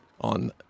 on